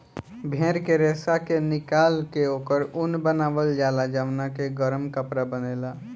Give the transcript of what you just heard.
भेड़ के रेशा के निकाल के ओकर ऊन बनावल जाला जवना के गरम कपड़ा बनेला